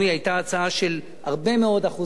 היתה הצעה של הרבה מאוד אחוזים.